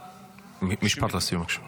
משפט לסיום, בבקשה.